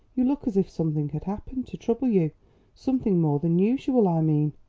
you look as if something had happened to trouble you something more than usual, i mean.